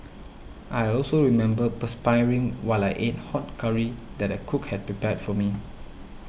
I also remember perspiring while I ate hot curry that a cook had prepared for me